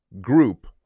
group